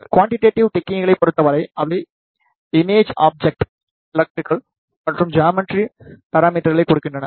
quantitative டெக்னீக்களைப் பொறுத்தவரை அவை இமேஜ் ஆப்ஜெக்ட்டின் எலெக்ட்ரிக்கல் மற்றும் ஜாமெட்ரி பரமீட்டர்களைக் கொடுக்கின்றன